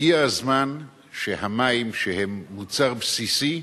הגיע הזמן שהמים, שהם מוצר בסיסי,